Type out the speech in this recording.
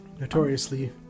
Notoriously